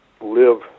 live